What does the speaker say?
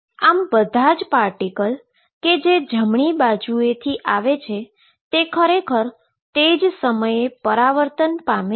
આમ બધા જ પાર્ટીકલ કે જે જમણી બાજુએ થી આવે છે તે ખરેખર તે જ સમયે પરાવર્તન પામે છે